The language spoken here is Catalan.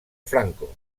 franco